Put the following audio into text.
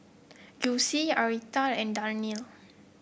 Yulisa Arietta and Darnell